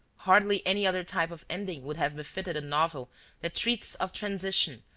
hardly any other type of ending would have befitted a novel that treats of transition,